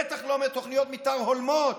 בטח לא תוכניות מתאר הולמות.